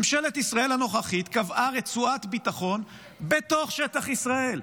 ממשלת ישראל הנוכחית קבעה רצועת ביטחון בתוך שטח ישראל,